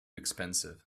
expensive